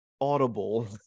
audible